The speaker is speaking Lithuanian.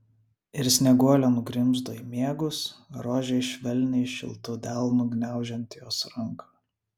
ir snieguolė nugrimzdo į miegus rožei švelniai šiltu delnu gniaužiant jos ranką